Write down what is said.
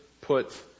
Put